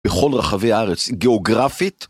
בכל רחבי הארץ, גאוגרפית,